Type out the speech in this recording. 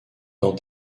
dans